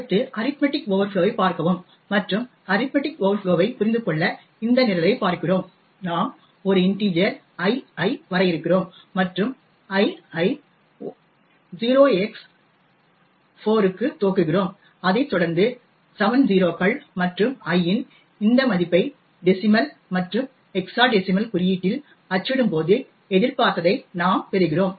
அடுத்து arithmetic overflow ஐ பார்க்கவும் மற்றும் அரித்மடிக் ஓவர்ஃப்ளோ ஐ புரிந்துகொள்ள இந்த நிரலைப் பார்க்கிறோம் நாம் ஒரு இன்டிஜர் i ஐ வரையறுக்கிறோம் மற்றும் i ஐ 0x4 க்கு துவக்குகிறோம் அதைத் தொடர்ந்து 7 0கள் மற்றும் i இன் இந்த மதிப்பை டெசிமல் மற்றும் ஹெக்ஸாடெசிமல் குறியீட்டில் அச்சிடும்போது எதிர்பார்த்ததை நாம் பெறுகிறோம்